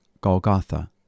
Golgotha